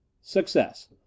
Success